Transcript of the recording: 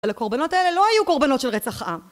אבל הקורבנות האלה לא היו קורבנות של רצח עם